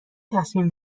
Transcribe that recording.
تصمیم